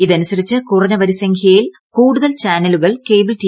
ഇതനുസരിച്ച് കുറഞ്ഞ വരിസംഖ്യയിൽ കൂടുതൽ ചാനലുകൾ കേബിൾ ടി